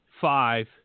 five